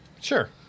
Sure